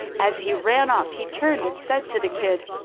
as he ran off, he turned and said to the kid,